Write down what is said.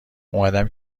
اومدم